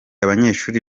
abanyeshuri